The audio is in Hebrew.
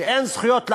שאין זכויות לאחרים,